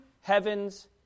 heaven's